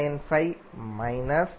595 0